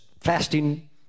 fasting